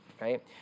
right